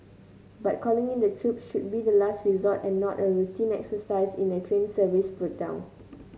but calling in the troops should be the last resort and not a routine exercise in a train service breakdown